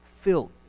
filled